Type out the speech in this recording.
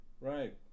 right